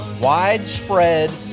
widespread